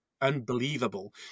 unbelievable